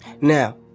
Now